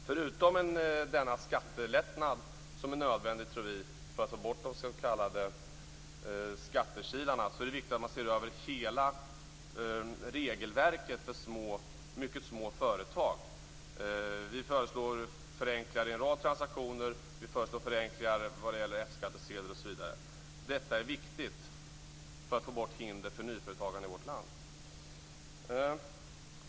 Förutom denna skattelättnad, som vi tror är nödvändig för att få bort de s.k. skattekilarna, är det viktigt att se över hela regelverket för mycket små företag. Vi föreslår förenklingar vid en rad transaktioner. Vi föreslår t.ex. förenklingar vad gäller F-skattsedel. Detta är viktigt för att få bort hinder för nyföretagande i vårt land.